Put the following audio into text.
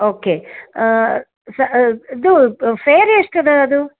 okay ಫೇ ಇದು fare ಎಷ್ಟು ಅದ ಅದು